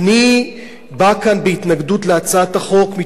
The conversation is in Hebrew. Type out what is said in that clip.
אני בא לכאן בהתנגדות להצעת החוק מתוך